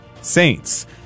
saints